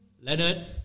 Leonard